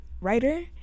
writer